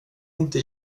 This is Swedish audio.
inte